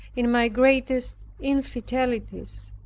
in my greatest infidelities.